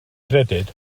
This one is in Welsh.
credyd